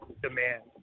demand